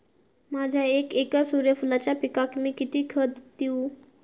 माझ्या एक एकर सूर्यफुलाच्या पिकाक मी किती खत देवू?